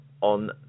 on